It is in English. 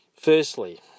Firstly